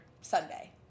Sunday